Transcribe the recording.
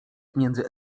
między